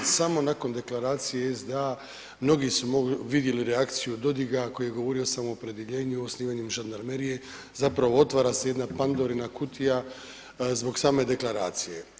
Samo nakon Deklaracije SDA mnogi su vidjeli reakciju Dodiga koji je govorio o samoopredjeljenju osnivanjem žandarmerije zapravo otvara se jedna Pandorina kutija zbog same deklaracije.